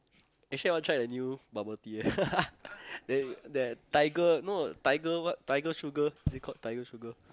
actually I wanna try the new bubble tea eh the the tiger no tiger what Tiger Sugar is it called Tiger Sugar